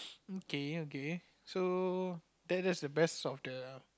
okay okay so that that's the best of the